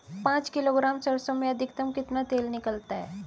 पाँच किलोग्राम सरसों में अधिकतम कितना तेल निकलता है?